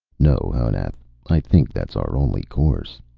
no, honath, i think that's our only course.